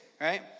right